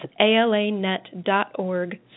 alanet.org